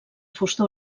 fusta